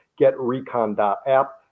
getrecon.app